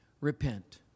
Repent